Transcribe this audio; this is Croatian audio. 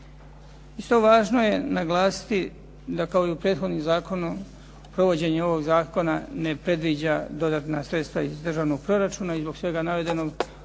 Isto važno je naglasiti da kao i u prethodnom zakonu, provođenje ovog zakona ne predviđa dodatna sredstva iz držanog proračuna i zbog svega navedenog